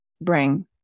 bring